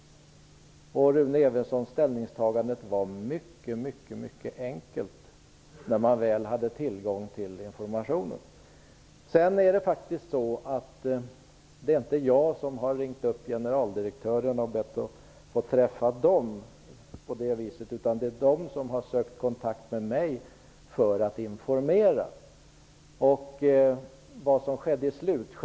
Rune Evensson, ställningstagandet var mycket enkelt när man väl hade tillgång till informationen. Det är faktiskt inte jag som har ringt upp generaldirektörerna och bett att få träffa dem, utan de har sökt kontakt med mig för att informera.